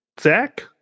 Zach